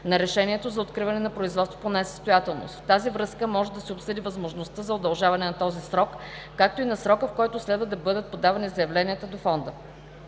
на решението за откриване на производство по несъстоятелност. В тази връзка може да се обсъди възможността за удължаване на този срок, както и на срока, в който следва да бъдат подавани заявленията до Фонда.